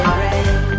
rain